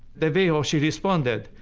the way ah she responded,